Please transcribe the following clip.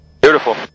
Beautiful